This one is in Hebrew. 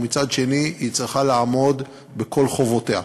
ומצד שני היא צריכה לעמוד בכל חובותיה.